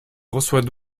reçoit